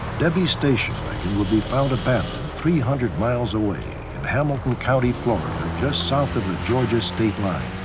debbie's station wagon would be found abandoned three hundred miles away in hamilton county, florida, just south of the georgia state line.